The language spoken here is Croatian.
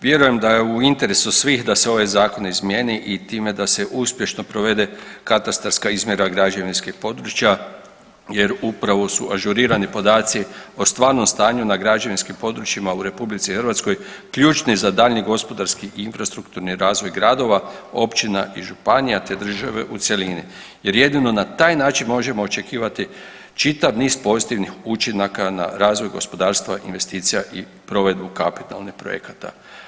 Vjerujem da je u interesu svih da se ovaj zakon izmijeni i time da se uspješno provede katastarska izmjera građevinskih područja jer upravo su ažurirani podaci o stvarnom stanju na građevinskim područjima u RH ključni za daljnji gospodarski i infrastrukturni razvoj gradova, općina i županija, te države u cjelini jer jedino na taj način možemo očekivati čitav niz pozitivnih učinaka na razvoj gospodarstva, investicija i provedbu kapitalnih projekata.